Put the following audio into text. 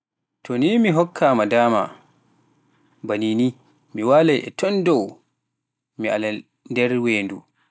To ni mi hokkaama daama ba niini, mi waalay e ton dow, mi ala der- nder weendu.